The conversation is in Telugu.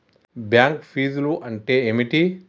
బ్యాంక్ ఫీజ్లు అంటే ఏమిటి?